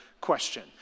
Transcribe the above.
question